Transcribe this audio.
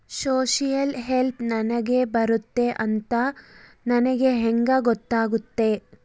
Social help ನನಗೆ ಬರುತ್ತೆ ಅಂತ ನನಗೆ ಹೆಂಗ ಗೊತ್ತಾಗುತ್ತೆ?